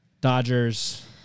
Dodgers